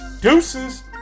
Deuces